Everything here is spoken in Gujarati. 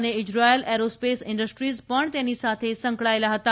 અને ઇઝરાયેલ એરોસ્પેસ ઇન્ડસ્ટ્રીઝ પણ તેની સાથે સંકળાયેલા હતા